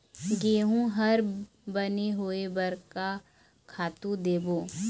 गेहूं हर बने होय बर का खातू देबो?